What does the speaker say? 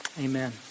Amen